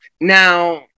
Now